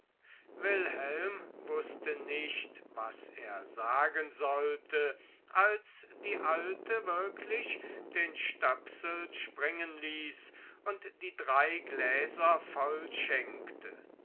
wilhelm wußte nicht was er sagen sollte als die alte wirklich den stöpsel springen ließ und die drei gläser